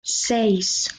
seis